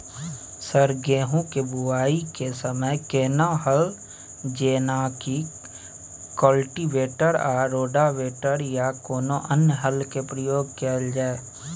Sir गेहूं के बुआई के समय केना हल जेनाकी कल्टिवेटर आ रोटावेटर या कोनो अन्य हल के प्रयोग कैल जाए?